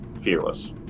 Fearless